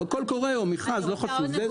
קול קורא או מכרז, לא חשוב.